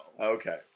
Okay